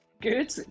Good